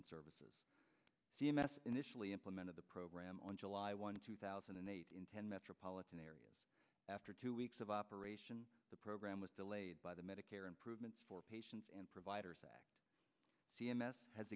and services c m s initially implemented the program on july one two thousand and eight in ten metropolitan areas after two weeks of operation the program was delayed by the medicare improvements for patients and providers that c m s has